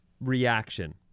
reaction